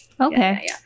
Okay